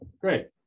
Great